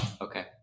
Okay